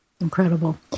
Incredible